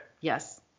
Yes